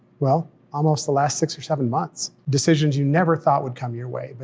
well, almost the last six or seven months. decisions you never thought would come your way, but